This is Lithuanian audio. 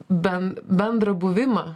ben bendrą buvimą